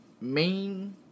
main